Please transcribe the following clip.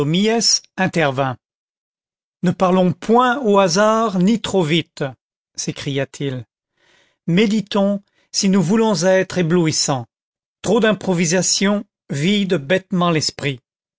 intervint ne parlons point au hasard ni trop vite s'écria-t-il méditons si nous voulons être éblouissants trop d'improvisation vide bêtement l'esprit